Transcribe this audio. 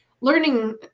learning